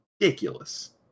ridiculous